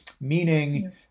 meaning